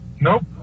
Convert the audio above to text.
Nope